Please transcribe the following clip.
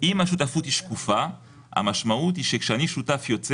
אם השותפות היא שקופה המשמעות היא שאם שותף יוצא